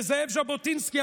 לזאב ז'בוטינסקי,